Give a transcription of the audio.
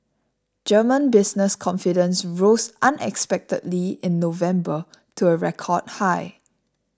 German business confidence rose unexpectedly in November to a record high